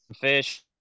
fish